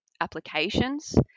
applications